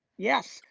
yes.